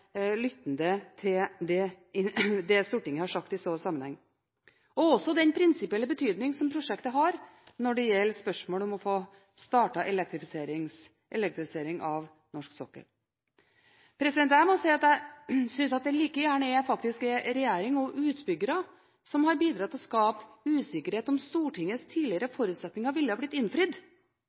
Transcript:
lyttende til det Stortinget har sagt i så sammenheng. Og så er det også den prinsipielle betydning som prosjektet har, når det gjelder spørsmålet om å få startet elektrifisering av norsk sokkel. Jeg må si at jeg synes at det faktisk like gjerne er regjering og utbyggere som har bidratt til å skape usikkerhet om hvorvidt Stortingets tidligere forutsetninger ville blitt innfridd